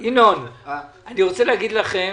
ינון, אני רוצה להגיד לכם